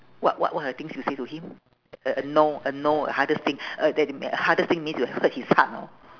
what what what are the things you say to him uh no uh no hardest thing uh that mea~ hardest thing means you have hurt his heart know